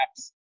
apps